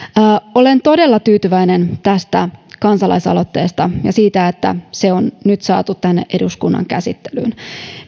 olen todella tyytyväinen tästä kansalaisaloitteesta ja siitä että se on nyt saatu tänne eduskunnan käsittelyyn